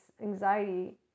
anxiety